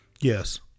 Yes